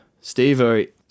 Steve